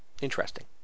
Interesting